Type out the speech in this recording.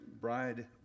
bride